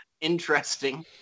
interesting